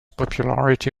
popularity